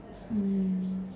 mm